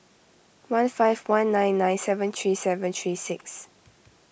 one five one nine nine seven three seven three six